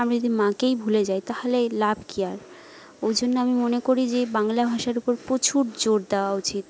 আমি যদি মাকেই ভুলে যাই তাহলে লাভ কী আর ওই জন্য আমি মনে করি যে বাংলা ভাষার উপর প্রচুর জোর দেওয়া উচিত